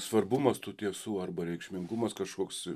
svarbumas tų tiesų arba reikšmingumas kažkoks